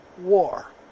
war